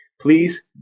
please